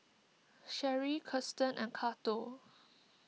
Sherree Krysten and Cato